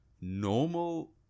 normal